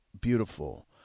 beautiful